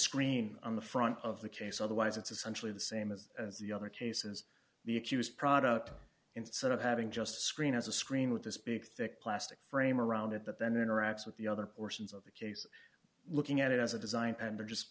screen on the front of the case otherwise it's essentially the same as as the other cases the accused product instead of having just screen as a screen with this big thick plastic frame around it that then interacts with the other portions of the case looking at it as a design and are just